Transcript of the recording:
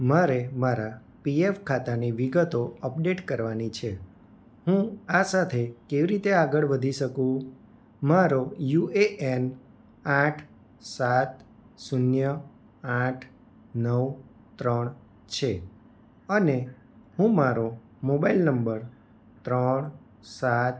મારે મારા પીએફ ખાતાની વિગતો અપડેટ કરવાની છે હું આ સાથે કેવી રીતે આગળ વધી શકુ મારો યુ એ એન આઠ સાત શૂન્ય આઠ નવ ત્રણ છે અને હું મારો મોબાઇલ નંબર ત્રણ સાત